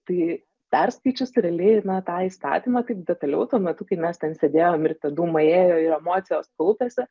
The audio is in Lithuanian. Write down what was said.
tai perskaičius realiai na tą įstatymą taip detaliau tuo metu kai mes ten sėdėjom ir tie dūmai ėjo ir emocijos kaupėsi